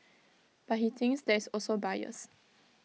but he thinks there is also bias